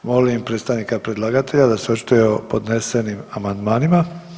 Molim predstavnika predlagatelja da se očituje o podnesenim amandmanima.